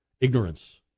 ignorance